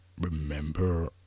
remember